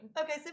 Okay